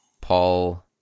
Paul